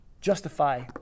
justify